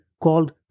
called